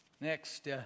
Next